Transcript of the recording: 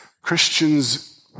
Christians